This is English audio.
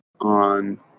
on